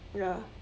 ya